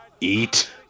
eat